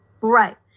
Right